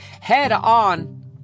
head-on